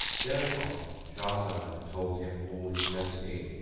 thereupon shah zaman told him all he had seen,